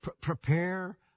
prepare